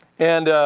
and